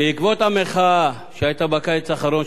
בעקבות המחאה שהיתה בקיץ האחרון,